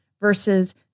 versus